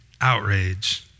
outrage